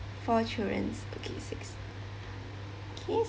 four childrens okay six okay